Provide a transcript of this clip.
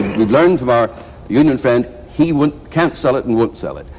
we've learned from our union friend he would can't sell it and won't sell it.